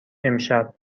امشب